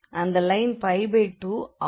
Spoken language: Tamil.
அந்த லைன் 2 ஆகும்